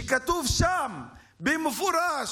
וכתוב שם במפורש,